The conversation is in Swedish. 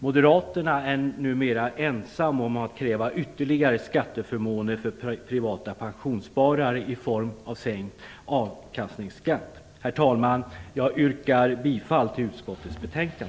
Moderaterna är numera ensamma om att kräva ytterligare skatteförmåner för privata pensionssparare i form av sänkt avkastningsskatt. Herr talman! Jag yrkar bifall till utskottets hemställan.